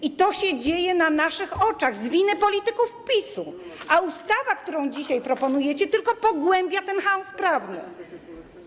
I to się dzieje na naszych oczach, z winy polityków PiS-u, a ustawa, którą dzisiaj proponujecie, tylko pogłębia ten chaos prawny.